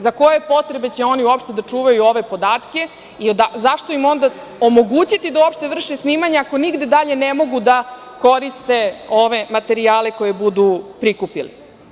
Za koje potrebe će oni uopšte da čuvaju ove podatke i zašto im onda omogućiti da uopšte vrše snimanje ako nigde dalje ne mogu da koriste ove materijale koje budu prikupili?